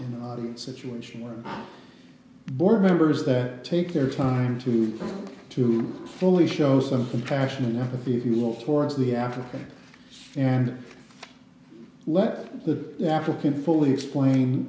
in the audience situation where board members that take their time to talk to you fully show some compassion and empathy if you will towards the african and let the african fully explain